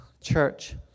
church